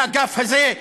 של האגף הזה,